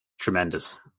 tremendous